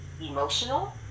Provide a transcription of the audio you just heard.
emotional